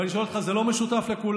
ואני שואל אותך: זה לא משותף לכולנו?